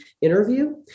interview